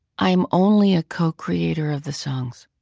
i am only a co-creator of the songs.